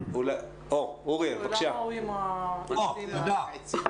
בכל המגזר העסקי